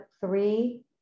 three